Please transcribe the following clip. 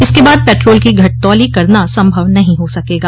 इसके बाद पेट्रोल की घटतौली करना संभव नहीं हो सकेगा